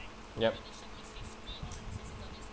yup